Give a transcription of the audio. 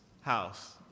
house